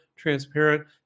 transparent